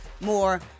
more